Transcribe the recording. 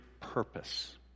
purpose